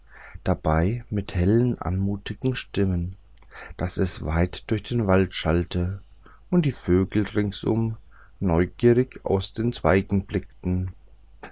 dabei mit hellen anmutigen stimmen daß es weit durch den wald schallte und die vögel ringsum neugierig aus den zweigen blickten